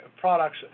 products